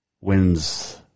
wins